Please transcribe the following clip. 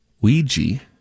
Ouija